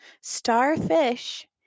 starfish